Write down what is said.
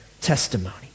testimony